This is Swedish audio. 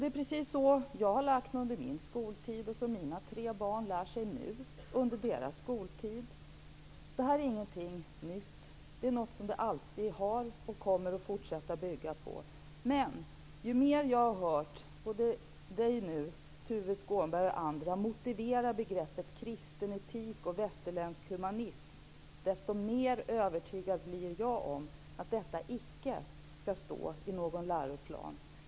Detta lärde jag mig under min skoltid, detta lär sig mina tre barn nu under sin skoltid. Det är ingenting nytt. Men ju mer jag hör Tuve Skånberg och andra motivera begreppen kristen etik och västerländsk humanism desto mer övertygad blir jag om att detta icke skall stå i någon läroplan.